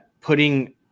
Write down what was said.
putting